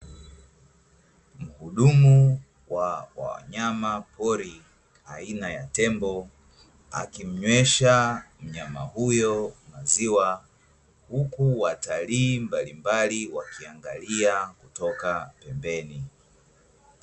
Mhudumu wa wanyama pori aina ya tembo akimnywesha mnyama huyo maziwa, huku watalii mbalimbali wakiangalia kutoka pembeni.